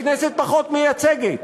לכנסת פחות מייצגת,